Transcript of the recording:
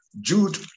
Jude